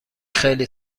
خیلی